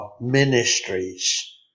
ministries